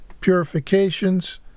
purifications